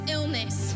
illness